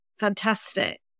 fantastic